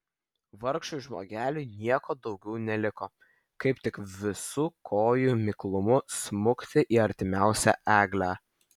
vargšui žmogeliui nieko daugiau neliko kaip tik visu kojų miklumu smukti į artimiausią eglę